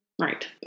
Right